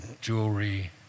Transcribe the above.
jewelry